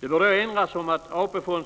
Det bör då erinras om att AP-fonden